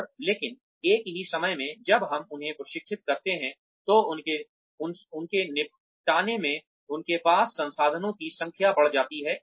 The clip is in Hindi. और लेकिन एक ही समय में जब हम उन्हें प्रशिक्षित करते हैं तो उनके निपटाने में उनके पास संसाधनों की संख्या बढ़ जाती है